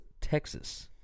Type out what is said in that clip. Texas